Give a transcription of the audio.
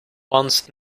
once